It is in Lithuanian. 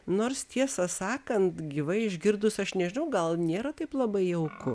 nors tiesą sakant gyvai išgirdus aš nežinau gal nėra taip labai jauku